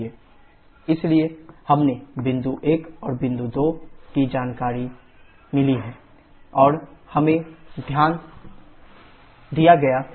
PB60696kk1qK इसलिए हमें बिंदु 1 और 2 की जानकारी मिली है और हमें ध्यान दिया गया है